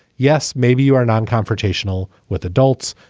yes. maybe you are non-confrontational with adults.